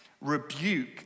rebuke